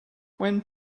when